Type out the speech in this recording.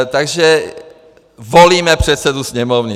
Takže volíme předsedu Sněmovny.